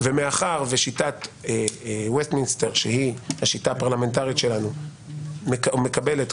ומאחר ושיטת וופ-מיניסטר שהיא השיטה הפרלמנטרית שלנו מקבלת,